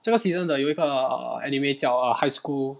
这个 season 的有一个 err anime 叫 err high school